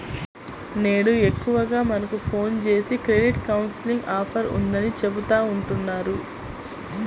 నేడు ఎక్కువగా మనకు ఫోన్ జేసి క్రెడిట్ కౌన్సిలింగ్ ఆఫర్ ఉందని చెబుతా ఉంటన్నారు